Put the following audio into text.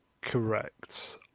correct